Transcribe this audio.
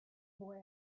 boy